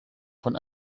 von